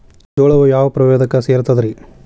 ಜೋಳವು ಯಾವ ಪ್ರಭೇದಕ್ಕ ಸೇರ್ತದ ರೇ?